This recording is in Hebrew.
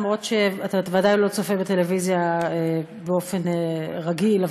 למרות שאתה ודאי לא צופה בטלוויזיה באופן רגיל,